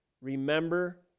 remember